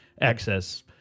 access